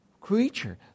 creature